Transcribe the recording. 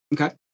Okay